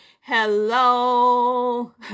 Hello